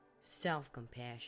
self-compassion